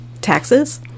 taxes